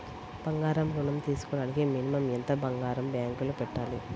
బంగారం ఋణం తీసుకోవడానికి మినిమం ఎంత బంగారం బ్యాంకులో పెట్టాలి?